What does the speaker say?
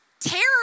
Terror